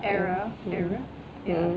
mm mm mm